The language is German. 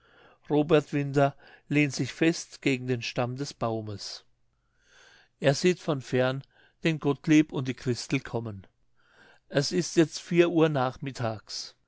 robert winter lehnt sich fest gegen den stamm des baumes er sieht von fern den gottlieb und die christel kommen es ist jetzt vier uhr nachmittags